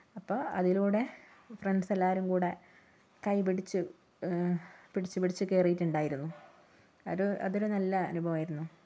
അപ്പൊ അതിലൂടെ ഫ്രണ്ട്സ് എല്ലാരും കൂടെ കൈപിടിച്ച് പിടിച്ചു പിടിച്ചു കേറീട്ടുണ്ടായിരുന്നു ഒരു അതൊരു നല്ല അനുഭവമായിരുന്നു